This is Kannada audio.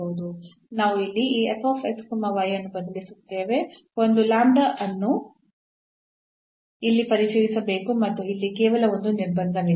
ನಾವು ಇಲ್ಲಿ ಈ ಅನ್ನು ಬದಲಿಸುತ್ತೇವೆ ಒಂದು ಅನ್ನು ಇಲ್ಲಿ ಪರಿಚಯಿಸಬೇಕು ಮತ್ತು ಇಲ್ಲಿ ಕೇವಲ ಒಂದು ನಿರ್ಬಂಧವಿದೆ